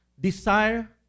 desire